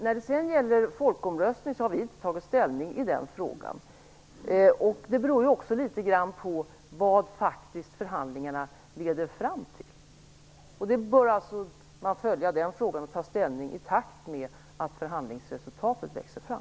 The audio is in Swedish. När det sedan gäller frågan om folkomröstning har vi inte tagit ställning. Det beror också litet grand på vad förhandlingarna faktiskt leder fram till. Man bör alltså följa den frågan och ta ställning i takt med att förhandlingsresultatet växer fram.